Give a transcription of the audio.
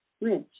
rich